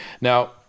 now